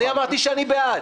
אני אמרתי שאני בעד.